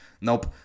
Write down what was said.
Nope